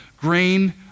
grain